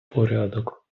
порядок